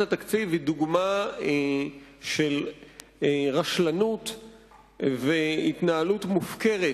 התקציב היא דוגמה של רשלנות והתנהלות מופקרת,